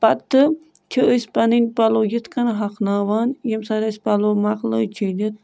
پَتہٕ چھِ أسۍ پَنٕنۍ پَلو یِتھ کٔنۍ ہۄکھناوان ییٚمہِ ساتہٕ اَسہِ پَلو مۄکلٲے چھٲلِتھ